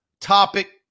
topic